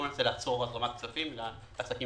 לא מנסה לעצור הזרמת כספים לעסקים